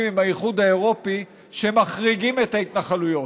עם האיחוד האירופי שמחריגים את ההתנחלויות.